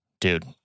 dude